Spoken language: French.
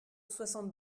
soixante